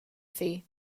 thi